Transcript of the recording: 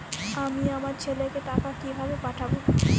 আমি আমার ছেলেকে টাকা কিভাবে পাঠাব?